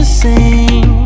sing